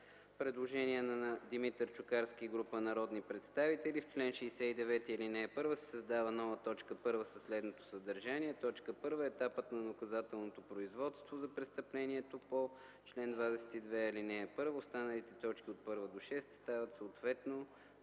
Предложение на Димитър Чукарски и група народни представители – в чл. 69, ал. 1 се създава нова т. 1 със следното съдържание: „1. Етапът на наказателното производство за престъплението по чл. 22, ал. 1”. Останалите точки от 1 до 6 стават съответно